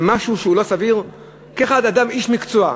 זה משהו לא סביר כאיש מקצוע?